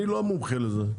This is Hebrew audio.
אני לא מומחה לזה,